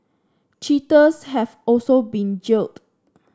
cheaters have also been jailed